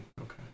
okay